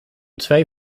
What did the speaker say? twee